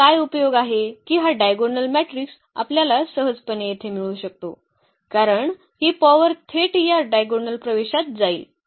येथे काय उपयोग आहे की हा डायगोनल मॅट्रिक्स आपल्याला सहजपणे येथे मिळू शकतो कारण ही पॉवर थेट या डायगोनल प्रवेशात जाईल